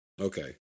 okay